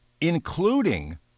including